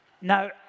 Now